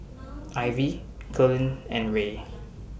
Ivey Cullen and Rae